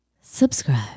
subscribe